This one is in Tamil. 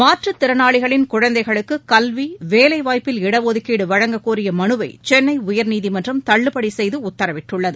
மாற்றுத் திறனாளிகளின் குழந்தைகளுக்கு கல்வி வேலை வாய்ப்பில் இட ஒதுக்கீடு வழங்கக் கோரிய மனுவை சென்னை உயர்நீதிமன்றம் தள்ளுபடி செய்து உத்தரவிட்டுள்ளது